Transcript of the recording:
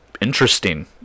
interesting